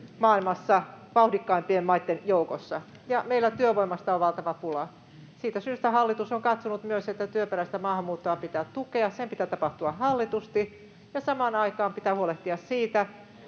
ikäännymme vauhdikkaimpien maitten joukossa maailmassa ja meillä työvoimasta on valtava pula. Siitä syystä hallitus on katsonut myös, että työperäistä maahanmuuttoa pitää tukea, sen pitää tapahtua hallitusti ja samaan aikaan pitää huolehtia siitä,